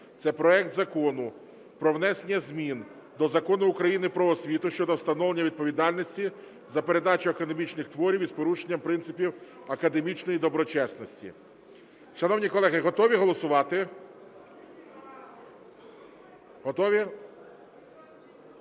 це проект Закону про внесення змін до Закону України “Про освіту” щодо встановлення відповідальності за передачу академічних творів із порушенням принципів академічної доброчесності. Шановні колеги, готові голосувати? Готові?